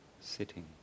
sitting